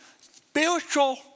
spiritual